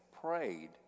prayed